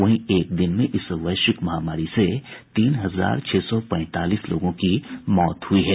वहीं एक दिन में इस वैश्विक महामारी से तीन हजार छह सौ पैंतालीस लोगों की मौत हुई है